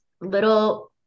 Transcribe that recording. little